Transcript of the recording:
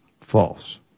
False